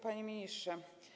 Panie Ministrze!